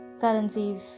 currencies